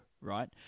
right